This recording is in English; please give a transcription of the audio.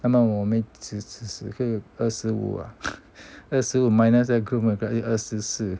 那么我们只是二十五 ah 二十五 minus groom and bride 二十四